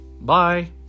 Bye